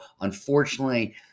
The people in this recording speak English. Unfortunately